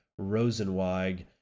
Rosenweig